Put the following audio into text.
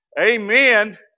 Amen